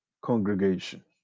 congregation